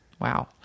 Wow